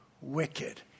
wicked